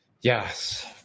Yes